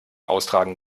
austragen